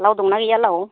लाव दं ना गैया लाव